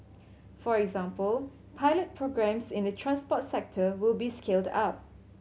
for example pilot programmes in the transport sector will be scaled up